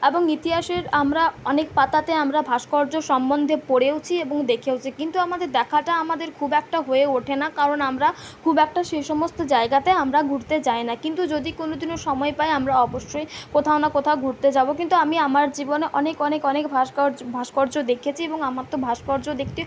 এবং ইতিহাসের আমরা অনেক পাতাতে আমরা ভাস্কর্য সম্বন্ধে পড়েওছি এবং দেখেওছি কিন্তু আমাদের দেখাটা আমাদের খুব একটা হয়ে ওঠে না কারণ আমরা খুব একটা সেই সমস্ত জায়গাতে আমরা ঘুরতে যাই না কিন্তু যদি কোনোদিনও সময় পাই আমরা অবশ্যই কোথাও না কোথাও ঘুরতে যাব কিন্তু আমি আমার জীবনে অনেক অনেক অনেক ভাস্কর্য ভাস্কর্য দেখেছি এবং আমার তো ভাস্কর্য দেখতে